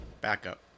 backup